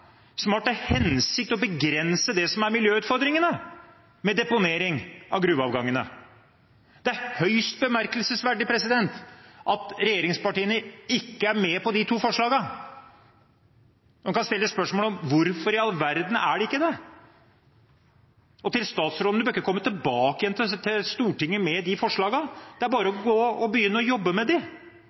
som har til hensikt å begrense det som er miljøutfordringene med deponering av gruveavgang. Det er høyst bemerkelsesverdig at regjeringspartiene ikke er med på de to forslagene til vedtak. Man kan stille spørsmål om hvorfor i all verden de ikke er det. Statsråden behøver ikke komme tilbake til Stortinget med de forslagene. Det er bare å begynne å jobbe med